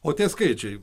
o tie skaičiai